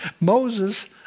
Moses